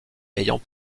ayant